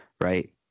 Right